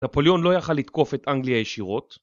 נפוליון לא יכל לתקוף את אנגליה ישירות